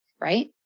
right